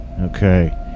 Okay